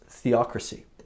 theocracy